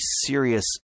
serious